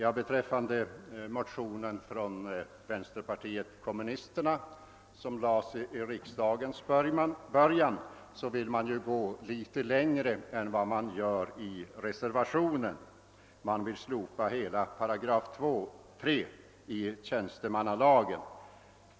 I motionen från vänsterpartiet kommunisterna som väcktes vid riksdagens början vill man gå litet längre än som sker i reservationen. Man vill slopa hela 3 8 i tjänstemannalagen.